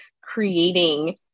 creating